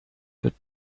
good